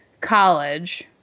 college